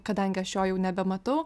kadangi aš jo jau nebematau